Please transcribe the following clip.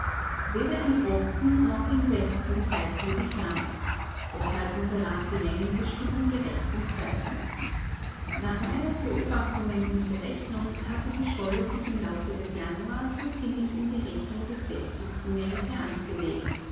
weder im osten noch im westen zeigte sich land deshalb unterlag die längenbestimmung gerechten zweifeln nach meyers beobachtungen und berechnung hatte die scholle sich im laufe des januar so ziemlich in der richtung des sechzigsten mes bewegt